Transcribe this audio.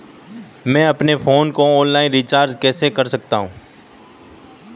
मैं अपने फोन को ऑनलाइन रीचार्ज कैसे कर सकता हूं?